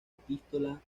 epístola